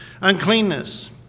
Uncleanness